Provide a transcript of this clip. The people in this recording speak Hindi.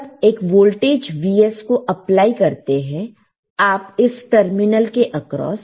जब एक वोल्टेज Vs को अप्लाई करते हैं आप इस टर्मिनल के आक्रोस